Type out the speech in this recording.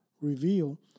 reveal